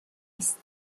است